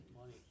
Money